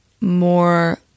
more